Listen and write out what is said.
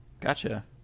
Gotcha